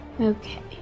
okay